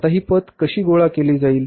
आता ही पत कशी गोळा केली जाईल